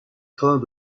craint